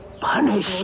Punished